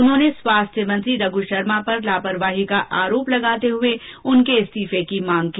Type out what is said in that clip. उन्होंने स्वास्थ्य मंत्री रघु शर्मा पर लापरवाही का आरोप लगाते हुए उनके इस्तीफे की मांग की